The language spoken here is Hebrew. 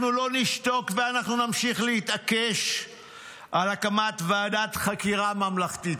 אנחנו לא נשתוק ואנחנו נמשיך להתעקש על הקמת ועדת חקירה ממלכתית.